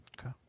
Okay